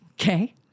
Okay